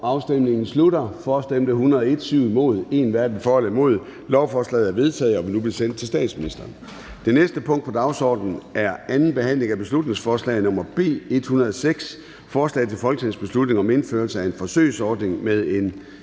stemte 1 (Theresa Scavenius (UFG)). Lovforslaget er vedtaget og vil nu blive sendt til statsministeren. --- Det næste punkt på dagsordenen er: 15) 2. (sidste) behandling af beslutningsforslag nr. B 106: Forslag til folketingsbeslutning om indførelse af en forsøgsordning med en